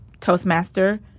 Toastmaster